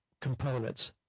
components